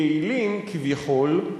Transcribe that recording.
יעילים כביכול,